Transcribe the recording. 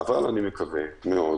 אבל אני מקווה מאוד,